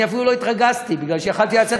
אני אפילו לא התרגזתי כי יכולתי לצאת